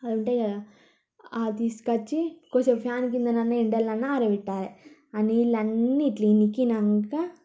అయి ఉంటాయి కదా అవి తీసుకొచ్చి కొద్దిసేపు ఫ్యాన్ కిందనన్న ఎండలనన్నా ఆరబెట్టాలి ఆ నీళ్లన్నీ ఇట్లా ఇంకినాక